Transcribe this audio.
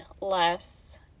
less